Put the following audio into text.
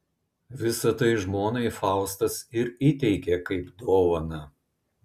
visa tai žmonai faustas ir įteikė kaip dovaną